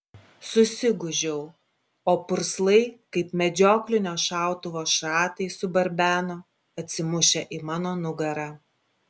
susigūžiau o purslai kaip medžioklinio šautuvo šratai subarbeno atsimušę į mano nugarą